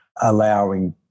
allowing